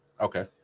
Okay